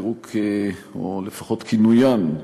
או לפחות כינוין,